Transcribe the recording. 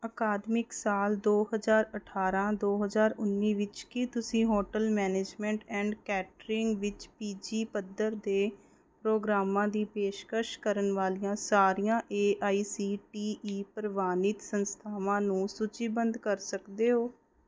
ਅਕਾਦਮਿਕ ਸਾਲ ਦੋ ਹਜ਼ਾਰ ਅਠਾਰ੍ਹਾਂ ਦੋ ਹਜ਼ਾਰ ਉੱਨੀ ਵਿੱਚ ਕੀ ਤੁਸੀਂ ਹੋਟਲ ਮੈਨੇਜਮੈਂਟ ਐਂਡ ਕੈਟਰਿੰਗ ਵਿੱਚ ਪੀ ਜੀ ਪੱਧਰ ਦੇ ਪ੍ਰੋਗਰਾਮਾਂ ਦੀ ਪੇਸ਼ਕਸ਼ ਕਰਨ ਵਾਲੀਆਂ ਸਾਰੀਆਂ A I C T E ਪ੍ਰਵਾਨਿਤ ਸੰਸਥਾਵਾਂ ਨੂੰ ਸੂਚੀਬੱਧ ਕਰ ਸਕਦੇ ਹੋ